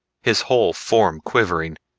his whole form quivering,